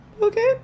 okay